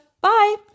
Bye